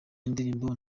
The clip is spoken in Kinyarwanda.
indirimbo